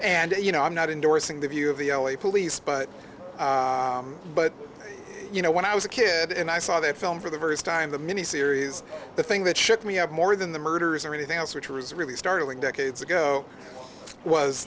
and you know i'm not endorsing the view of the l a police but but you know when i was a kid and i saw that film for the first time the mini series the thing that shook me up more than the murders or anything else which was really startling decades ago was